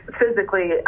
physically